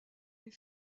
les